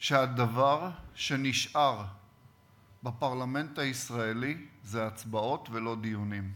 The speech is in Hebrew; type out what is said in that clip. שהדבר שנשאר בפרלמנט הישראלי זה הצבעות ולא דיונים.